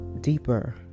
deeper